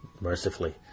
mercifully